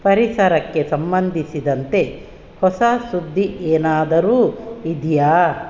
ಪರಿಸರಕ್ಕೆ ಸಂಬಂಧಿಸಿದಂತೆ ಹೊಸ ಸುದ್ದಿ ಏನಾದರೂ ಇದೆಯಾ